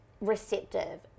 receptive